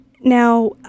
Now